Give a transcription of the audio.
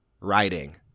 writing